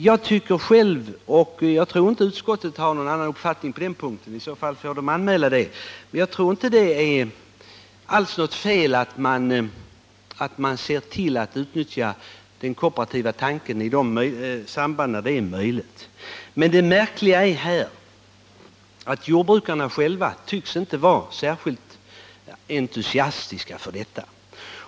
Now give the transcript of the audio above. Jag tycker själv — och jag tror inte att utskottet har någon annan uppfattning på den punkten, i så fall får man anmäla det — att det inte alls är något fel att se till att man utnyttjar den kooperativa tanken i de sammanhang där det är möjligt. Men det märkliga är att jordbrukarna själva inte tycks vara särskilt entusiastiska för detta.